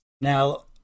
Now